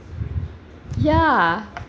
ya